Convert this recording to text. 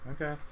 Okay